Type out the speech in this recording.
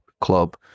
club